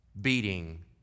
beating